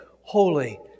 holy